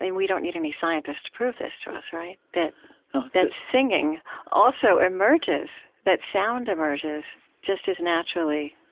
and we don't need any scientist to prove this to us, right? that that singing also emerges, that sound emerges just as naturally.